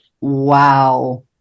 wow